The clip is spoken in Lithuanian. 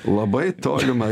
labai tolimą